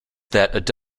that